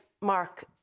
Mark